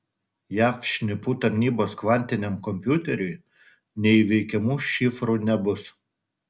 jav šnipų tarnybos kvantiniam kompiuteriui neįveikiamų šifrų nebus